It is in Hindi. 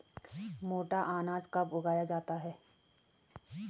मोटा अनाज कब उगाया जाता है?